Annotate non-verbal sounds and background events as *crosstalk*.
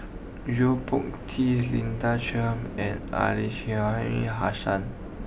Yo Po Tee Linda Chiam and *unintelligible* Hassan